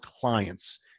clients